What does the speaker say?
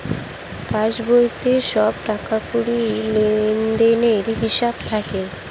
পাসবইতে সব টাকাকড়ির লেনদেনের হিসাব থাকে